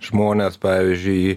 žmonės pavyzdžiui